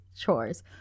chores